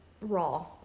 raw